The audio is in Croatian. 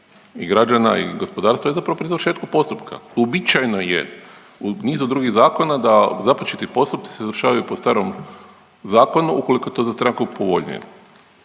i građana i gospodarstva je zapravo pri završetku postupka. Uobičajeno je u nizu drugih zakona da započeti postupci se završavaju po starom zakonu ukoliko je to za stranku povoljnije.